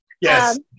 Yes